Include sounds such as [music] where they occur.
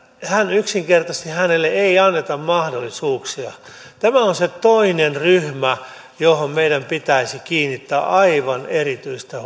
yksinkertaisesti hänelle ei anneta mahdollisuuksia tämä on se toinen ryhmä johon meidän pitäisi kiinnittää aivan erityistä [unintelligible]